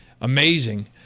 amazing